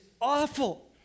awful